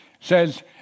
says